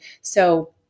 so-